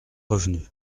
revenu